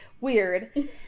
Weird